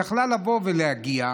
היא יכלה לבוא ולהגיע,